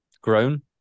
grown